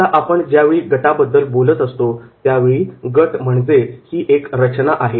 आता ज्या वेळी आपण गटाबद्दल बोलत असतो त्यावेळी गट म्हणजे ही एक रचना आहे